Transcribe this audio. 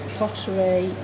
pottery